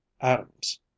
atoms